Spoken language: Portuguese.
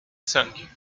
sangue